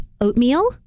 oatmeal